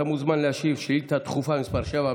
אתה מוזמן להשיב עכשיו על שאילתה דחופה מס' 7,